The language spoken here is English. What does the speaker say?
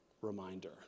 reminder